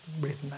breathing